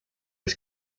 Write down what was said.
was